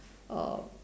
uh